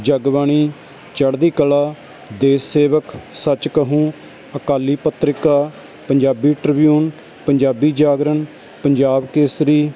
Jagbani Chardi Kala Desh Sewak Sach Kahoon Akali Patrika Punjabi Tribune Punjabi Jagran Punjab Kesari